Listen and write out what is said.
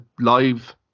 live